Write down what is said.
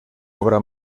obra